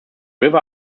river